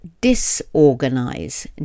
disorganize